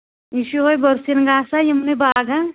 یہِ چھُ یِہوٚے بٔرسِنۍ گاسا یِمنٕے باغَن